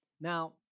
Now